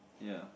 ya